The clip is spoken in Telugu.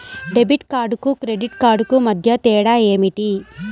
డెబిట్ కార్డుకు క్రెడిట్ కార్డుకు మధ్య తేడా ఏమిటీ?